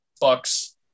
Bucks